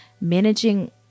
managing